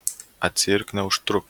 atsiirk neužtruk